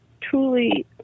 truly